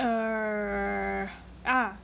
err ah